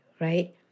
right